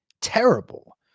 terrible